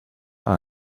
are